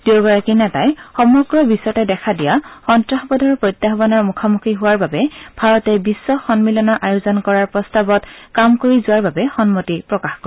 দুয়োগৰাকী নেতাই সমগ্ৰ বিশ্বতে দেখা দিয়া সন্তাসবাদৰ প্ৰত্যায়ানৰ মুখামুখি হোৱাৰ বাবে ভাৰতে বিশ্ব সম্মিলন আয়োজন কৰাৰ প্ৰস্তাৱত কাম কৰি যোৱাৰ বাবে সন্মতি প্ৰকাশ কৰে